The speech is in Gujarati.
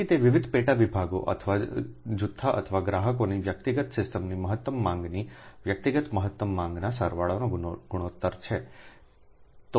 તેથી તે વિવિધ પેટા વિભાગો અથવા જૂથો અથવા ગ્રાહકોની વ્યક્તિગત સિસ્ટમની મહત્તમ માંગની વ્યક્તિગત મહત્તમ માંગના સરવાળોનું ગુણોત્તર છે